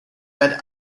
red